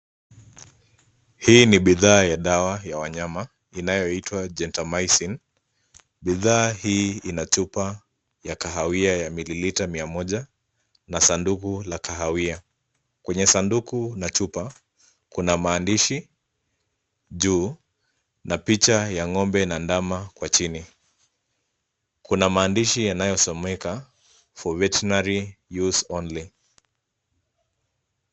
Hii ni bidhaa ya dawa ya wanyama inayoitwa, gentamicin. Bidhaa hii ina chupa ya kahawia ya mililita mia moja na sanduku la kahawia. Kwenye sanduku na chupa, kuna maandishi juu na picha ya ng'ombe na ndama kwa chini. Kuna maandishi yanayosomeka, for vetenary use only (cs).